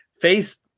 Face –